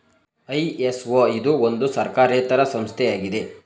ISO ಇದು ಒಂದು ಸರ್ಕಾರೇತರ ಸಂಸ್ಥೆ ಆಗಿದೆ